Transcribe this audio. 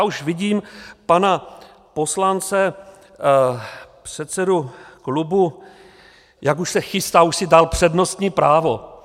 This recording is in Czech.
Já už vidím pana poslance, předsedu klubu, jak už se chystá, už si dal přednostní právo.